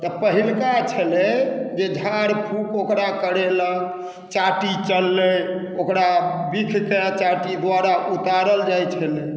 तऽ पहिलका छेलै जे झाड़ फूक ओकरा करओलक चाटी चललै ओकरा विषके चाटी द्वारा उतारल जाइत छलै